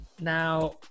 now